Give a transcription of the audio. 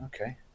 okay